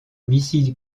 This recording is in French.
missile